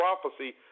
prophecy